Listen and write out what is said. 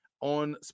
on